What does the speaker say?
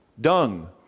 dung